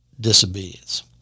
disobedience